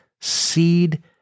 seed